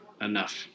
enough